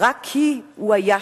רק כי הוא היה שם,